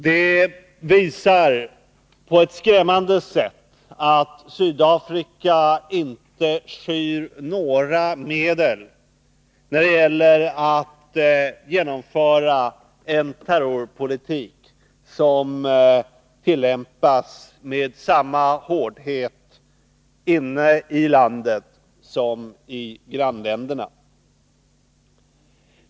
Det visar på ett skrämmande sätt att Sydafrika inte skyr några medel när det gäller att genomföra en terrorpolitik, som tillämpas med samma hårdhet inne i landet som i grannländerna.